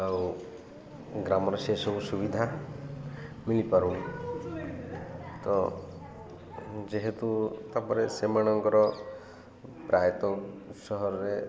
ଆଉ ଗ୍ରାମରେ ସେସବୁ ସୁବିଧା ମିଳିପାରୁନି ତ ଯେହେତୁ ତା'ପରେ ସେମାନଙ୍କର ପ୍ରାୟତଃ ସହରରେ